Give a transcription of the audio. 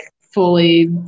fully